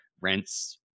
rents